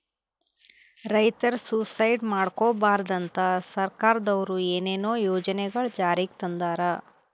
ರೈತರ್ ಸುಯಿಸೈಡ್ ಮಾಡ್ಕೋಬಾರ್ದ್ ಅಂತಾ ಸರ್ಕಾರದವ್ರು ಏನೇನೋ ಯೋಜನೆಗೊಳ್ ಜಾರಿಗೆ ತಂದಾರ್